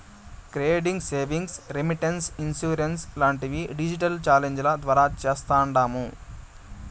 credit savings, remittance, insurance లాంటివి digital ఛానెల్ల ద్వారా చేస్తాండాము